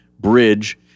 bridge